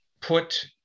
put